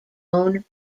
own